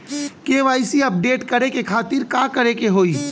KYC update करे के खातिर का करे के होई?